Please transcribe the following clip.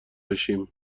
بشیم